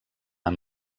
amb